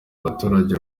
abaturage